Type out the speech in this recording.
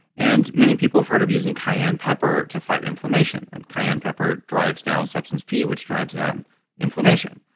and many people have heard of using cayenne pepper to fight inflammation, and cayenne pepper drives down substance p, which drives down inflammation.